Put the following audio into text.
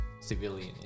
civilian